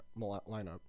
lineup